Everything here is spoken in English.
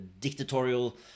dictatorial